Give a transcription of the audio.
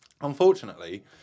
Unfortunately